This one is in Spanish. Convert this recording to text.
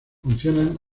funcionan